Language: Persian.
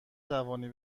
توانی